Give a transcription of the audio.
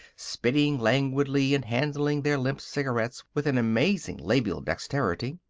spitting languidly and handling their limp cigarettes with an amazing labial dexterity.